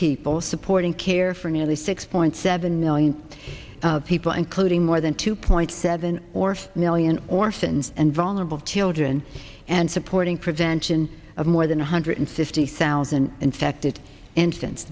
people supporting care for nearly six point seven million people including more than two point seven or five million orphans and vulnerable children and supporting prevention of more than one hundred fifty thousand infected and since